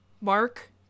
Mark